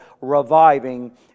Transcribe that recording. reviving